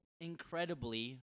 incredibly